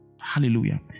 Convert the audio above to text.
hallelujah